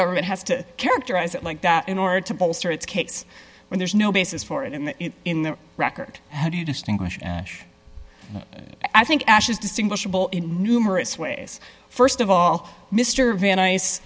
government has to characterize it like that in order to bolster its case when there's no basis for it and in the record how do you distinguish i think ash is distinguishable in numerous ways st of all mr van ice